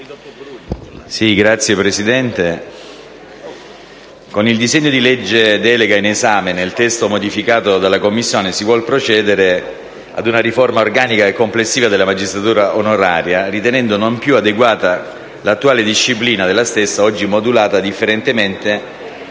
Signor Presidente, con il disegno di legge delega in esame, nel testo modificato dalla Commissione, si vuol procedere ad una riforma organica e complessiva della magistratura onoraria, ritenendo non più adeguata l'attuale disciplina della stessa, oggi modulata differentemente